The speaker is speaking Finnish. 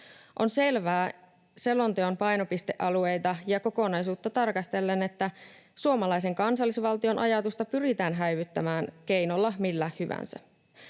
On selvää selonteon painopiste-alueita ja kokonaisuutta tarkastellen, että suomalaisen kansallisvaltion ajatusta pyritään häivyttämään keinolla millä hyvänsä.